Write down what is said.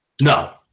No